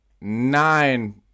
Nine